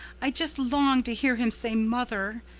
i just long to hear him say mother.